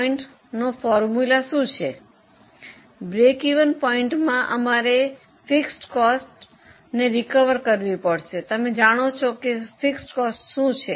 સમતૂર બિંદુમાં અમારે સ્થિર ખર્ચની પુનઃપ્રાપ્ત કરવી પડશે તમે જાણો છો ને સ્થિર ખર્ચ શું છે